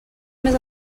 més